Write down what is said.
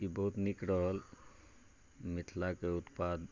ई बहुत नीक रहल मिथिलाके उत्पाद